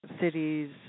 cities